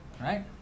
right